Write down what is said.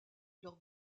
lors